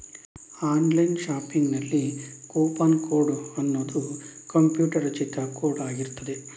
online ಶಾಪಿಂಗಿನಲ್ಲಿ coupon code ಅನ್ನುದು computer ರಚಿತ ಕೋಡ್ ಆಗಿರ್ತದೆ